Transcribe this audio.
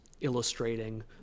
illustrating